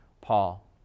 Paul